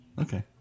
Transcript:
Okay